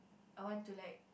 I want to let